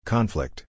Conflict